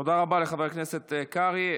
תודה רבה לחבר הכנסת קרעי.